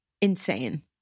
Insane